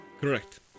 Correct